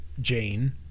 Jane